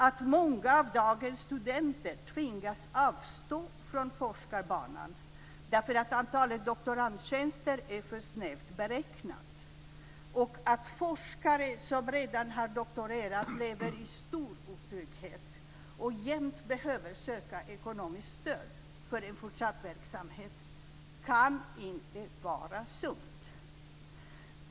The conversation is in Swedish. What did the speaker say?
Att många av dagens studenter tvingas avstå från forskarbanan därför att antalet doktorandtjänster är för snävt beräknat och att forskare som redan har doktorerat lever i stor otrygghet och jämt behöver söka ekonomiskt stöd för en fortsatt verksamhet kan inte vara sunt.